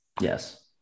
yes